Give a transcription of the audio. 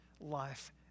life